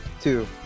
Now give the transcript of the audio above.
Two